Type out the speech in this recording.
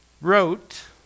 wrote